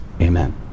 amen